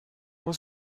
was